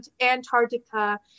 Antarctica